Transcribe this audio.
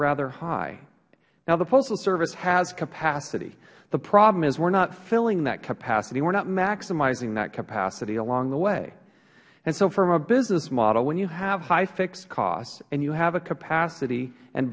rather high now the postal service has capacity the problem is we are not filling that capacity we are not maximizing that capacity along the way so from a business model when you have high fixed costs and you have a capacity and